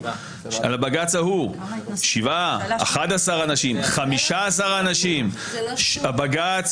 שבעה, 11 אנשים, 15 אנשים, הבג"ץ